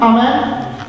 Amen